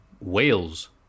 Wales